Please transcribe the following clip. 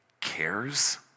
cares